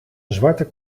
zwarte